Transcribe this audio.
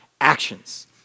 actions